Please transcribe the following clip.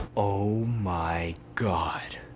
oh my god.